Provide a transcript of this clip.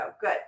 good